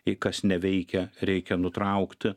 jei kas neveikia reikia nutraukti